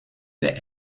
der